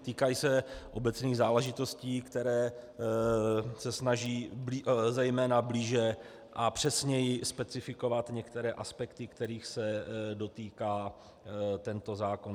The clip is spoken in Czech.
Týkají se obecných záležitostí, které se snaží zejména blíže a přesněji specifikovat některé aspekty, kterých se dotýká tento zákon.